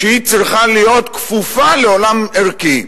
והיא צריכה להיות כפופה לעולם ערכי.